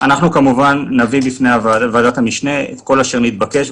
אנחנו נביא בפני ועדת המשנה את כל אשר נתבקש,